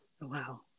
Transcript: Wow